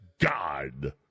God